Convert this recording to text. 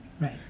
Right